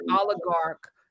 oligarch